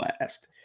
last